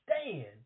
stand